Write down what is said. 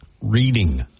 reading